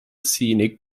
scenic